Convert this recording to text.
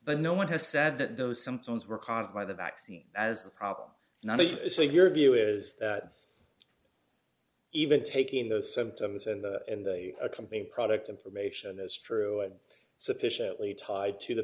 but no one has said that those symptoms were caused by the vaccine as the problem not so your view is that even taking the symptoms and the accompanying product information as true it sufficiently tied to the